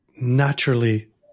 naturally